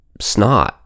Snot